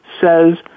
says